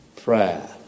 prayer